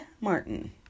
Martin